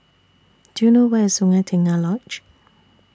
Do YOU know Where IS Sungei Tengah Lodge